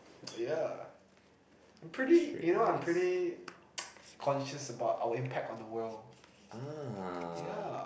that's really nice